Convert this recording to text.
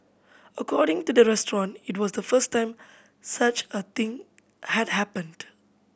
according to the restaurant it was the first time such a thing had happened